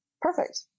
perfect